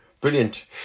Brilliant